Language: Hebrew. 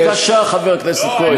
האמת היא קשה, חבר הכנסת כהן.